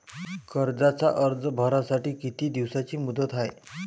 कर्जाचा अर्ज भरासाठी किती दिसाची मुदत हाय?